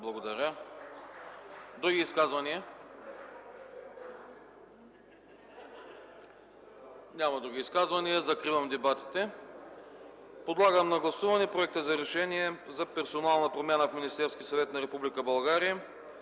Благодаря. Други изказвания? Няма. Закривам дебатите. Подлагам на гласуване Проекта за решение за персонална промяна в Министерския съвет на Република България: